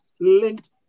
linked